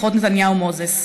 שיחות נתניהו מוזס.